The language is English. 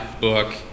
book